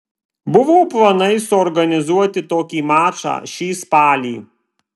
buvo planai suorganizuoti tokį mačą šį spalį